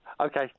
Okay